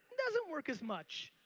doesn't work as much.